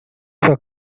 sua